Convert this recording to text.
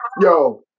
Yo